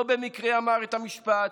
לא במקרה אמר את המשפט: